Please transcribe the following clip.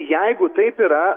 jeigu taip yra